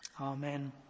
Amen